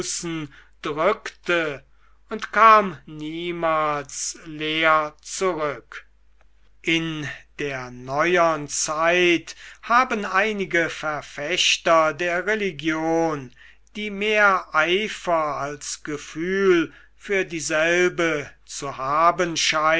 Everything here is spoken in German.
und kam niemals leer zurück in der neuern zeit haben einige verfechter der religion die mehr eifer als gefühl für dieselbe zu haben